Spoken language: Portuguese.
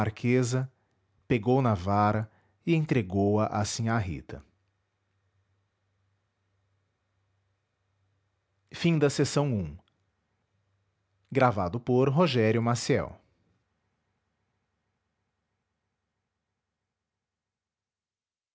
marquesa pegou na vara e entregou-a a sinhá rita www nead